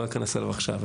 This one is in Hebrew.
לא אכנס אליו עכשיו.